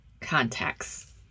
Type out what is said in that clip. contacts